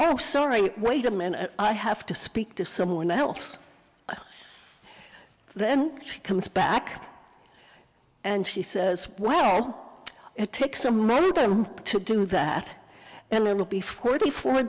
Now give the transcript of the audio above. oh sorry wait a minute i have to speak to someone else then she comes back and she says well it takes a member to do that and there will be forty four